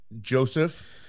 Joseph